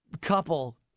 couple